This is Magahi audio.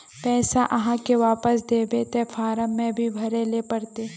पैसा आहाँ के वापस दबे ते फारम भी भरें ले पड़ते?